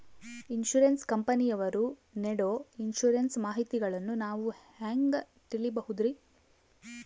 Insurance ಕಂಪನಿಯವರು ನೇಡೊ insurance ಮಾಹಿತಿಗಳನ್ನು ನಾವು ಹೆಂಗ ತಿಳಿಬಹುದ್ರಿ?